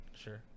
Sure